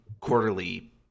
Quarterly